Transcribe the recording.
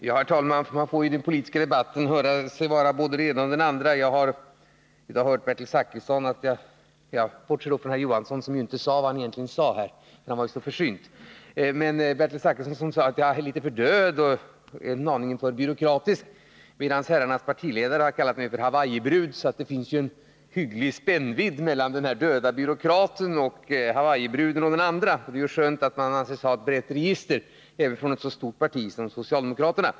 Herr talman! Man får i den politiska debatten höra att man är både det ena och det andra. Jag har i dag av Bertil Zachrisson fått höra — jag bortser från Rune Johansson som ju inte sade vad han egentligen sade, för han var ju så försynt — att jag är litet för död och en aning för byråkratisk. Herrarnas partiledare har dessutom kallat mig för Hawaiibrud. Det finns således en hygglig spännvidd mellan å ena sidan den döda byråkraten och å andra sidan Hawaiibruden. Det är skönt att även från ett så stort parti som socialdemokraterna få höra att man har ett brett register.